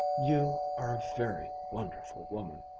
you are a very wonderful woman,